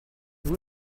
vous